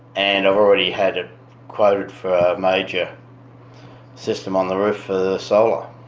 and already had it quoted for a major system on the roof for solar.